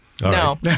No